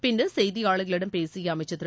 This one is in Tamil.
பின்னர் செய்தியாளர்களிடம் பேசிய அமைச்சர் திரு